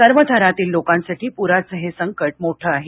सर्व थरांतळि लोकांसाठापु्राचे हे संकट मोठं आहे